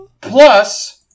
plus